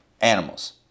animals